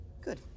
Good